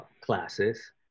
classes